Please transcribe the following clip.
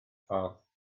ffordd